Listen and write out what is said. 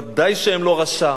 ודאי שלא רשע,